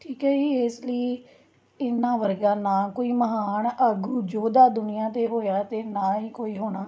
ਠੀਕ ਹੈ ਜੀ ਇਸ ਲਈ ਇਹਨਾਂ ਵਰਗਾ ਨਾ ਕੋਈ ਮਹਾਨ ਆਗੂ ਯੋਧਾ ਦੁਨੀਆਂ 'ਤੇ ਹੋਇਆ ਅਤੇ ਨਾ ਹੀ ਕੋਈ ਹੋਣਾ